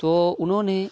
تو اُنہوں نے